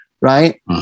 Right